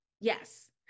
Yes